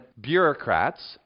bureaucrats